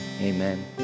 amen